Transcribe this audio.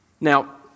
Now